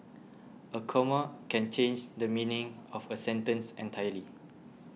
a comma can change the meaning of a sentence entirely